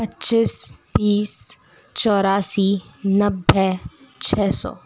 पच्चीस बीस चौरासी नब्बे छः सौ